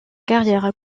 carrière